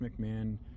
McMahon